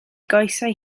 goesau